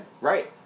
Right